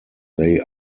they